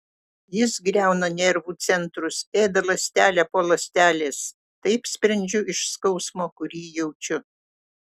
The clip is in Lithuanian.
jis griauna nervų centrus ėda ląstelę po ląstelės taip sprendžiu iš skausmo kurį jaučiu